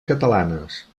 catalanes